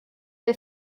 der